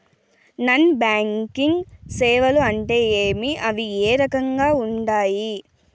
non banking సేవలు అంటే ఏమి అవి ఏ రకంగా ఉండాయి